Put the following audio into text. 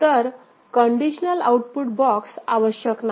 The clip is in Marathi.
तर कंडिशनल आउटपुट बॉक्स आवश्यक नाही